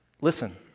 Listen